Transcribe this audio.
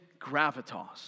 gravitas